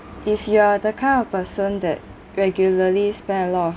if you're the kind of person that regularly spent a lot of